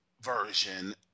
version